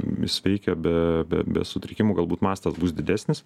jis veikia be be be sutrikimų galbūt mastas bus didesnis